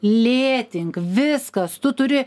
lėtink viskas tu turi